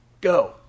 Go